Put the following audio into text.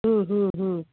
ಹ್ಞೂ ಹ್ಞೂ ಹ್ಞೂ